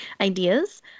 ideas